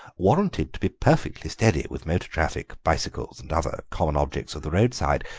warranted to be perfectly steady with motor traffic, bicycles, and other common objects of the roadside.